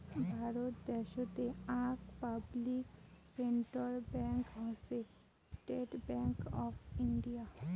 ভারত দ্যাশোতের আক public sector bank হসে স্টেট্ ব্যাঙ্ক অফ ইন্ডিয়া